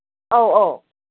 ꯑꯧ ꯑꯧ